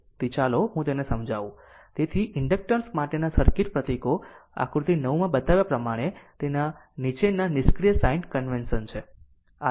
તેથી ચાલો હું તેને સમજાવું જેથી ઇન્ડક્ટર્સ માટેના સર્કિટ પ્રતીકો આકૃતિ 9 માં બતાવ્યા પ્રમાણે નીચેના નિષ્ક્રિય સાઇન કન્વેન્શન છે